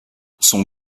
son